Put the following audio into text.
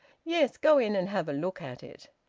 yes, go in and have a look at it.